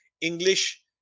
English